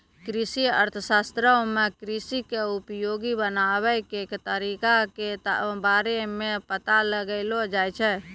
कृषि अर्थशास्त्रो मे कृषि के उपयोगी बनाबै के तरिका के बारे मे पता लगैलो जाय छै